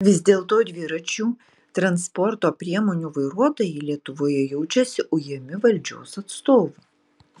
vis dėlto dviračių transporto priemonių vairuotojai lietuvoje jaučiasi ujami valdžios atstovų